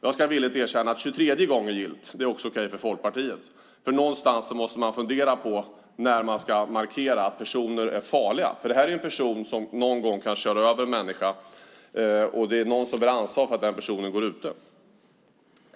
Jag ska villigt erkänna att 23:e gången gillt är okej för Folkpartiet, för någonstans måste man fundera på när man ska markera att personer är farliga. Den här personen kanske någon gång kör över en människa, och det är någon som bär ansvar för att den personen går ute.